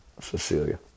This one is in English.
Cecilia